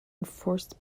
enforced